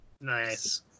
Nice